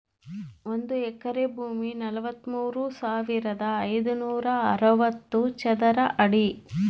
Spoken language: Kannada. ಒಂದು ಎಕರೆ ಭೂಮಿ ನಲವತ್ಮೂರು ಸಾವಿರದ ಐನೂರ ಅರವತ್ತು ಚದರ ಅಡಿ